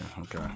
okay